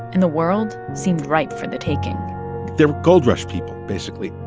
and the world seemed ripe for the taking they're gold rush people, basically.